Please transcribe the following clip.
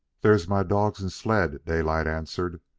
there's my dawgs and sled, daylight answered.